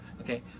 Okay